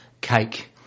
cake